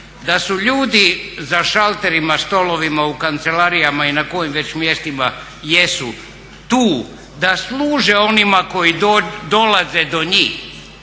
da su ljudi za šalterima, stolovima, u kancelarijama i na kojim već mjestima jesu tu da služe onima koji dolaze do njih